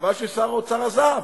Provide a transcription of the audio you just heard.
חבל ששר האוצר עזב,